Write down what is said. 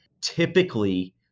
typically